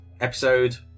episode